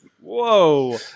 Whoa